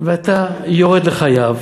ואתה יורד לחייו.